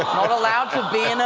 not allowed to be and